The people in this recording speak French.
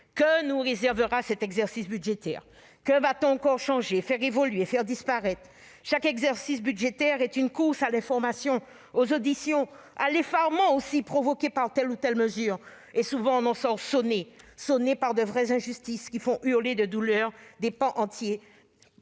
Que nous réservera cet exercice budgétaire ? Que va-t-on encore changer, faire évoluer, faire disparaître ? Chaque exercice budgétaire est une course à l'information, aux auditions, à l'effarement aussi provoqué par telle ou telle mesure. Et souvent on en sort sonnés, sonnés par les vraies injustices, qui font hurler de douleur des pans entiers